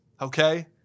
okay